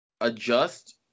adjust